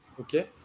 Okay